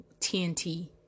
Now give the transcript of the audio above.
TNT